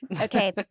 okay